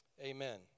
amen